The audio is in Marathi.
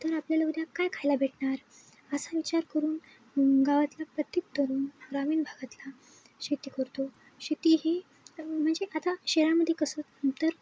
तर आपल्याला उद्या काय खायला भेटणार असा विचार करून गावातला प्रत्येक तरुन ग्रामीण भागातला शेती करतो शेती ही म्हणजे आता शहरामध्ये कसं ना तर